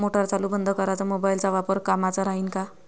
Motor चालू बंद कराच मोबाईलचा वापर कामाचा राहीन का?